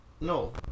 no